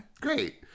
Great